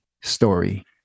story